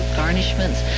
garnishments